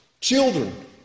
children